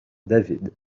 david